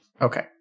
Okay